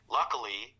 luckily